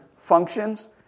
functions